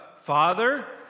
Father